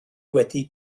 wedi